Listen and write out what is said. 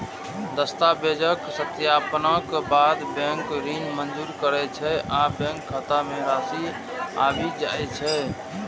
दस्तावेजक सत्यापनक बाद बैंक ऋण मंजूर करै छै आ बैंक खाता मे राशि आबि जाइ छै